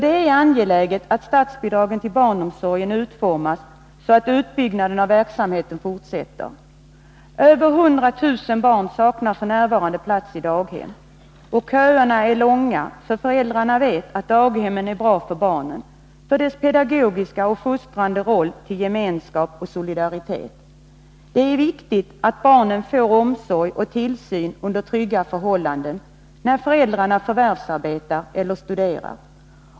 Det är angeläget att statsbidragen till barnomsorgen utformas så, att utbyggnaden av verksamheten fortsätter. Över 100 000 barn saknar f. n. platsi daghem. Köerna är långa, för föräldrarna vet att daghemmen är bra för barnen, på grund av sin pedagogik och fostran till gemenskap och solidaritet. Det är viktigt att barnen får omsorg och tillsyn under trygga förhållanden när föräldrarna förvärvsarbetar eller studerar.